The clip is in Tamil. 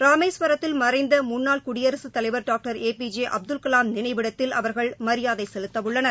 ராமேஸ்வரத்தில் மறைந்தமுன்னாள் குடியரசுத் தலைவர் doctor A B J Abdul Kalam நினைவிடத்தில் அவர்கள் மரியாதைசெலுத்தவுள்ளனர்